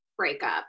breakup